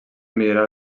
millorar